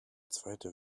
zweite